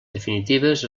definitives